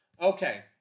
Okay